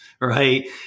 Right